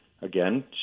Again